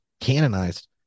canonized